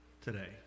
today